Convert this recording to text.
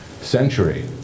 century